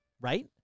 right